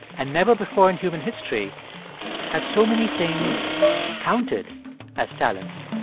and never before in human history have so many things counted as talents